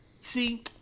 see